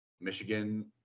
Michigan